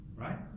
Right